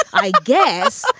i guess,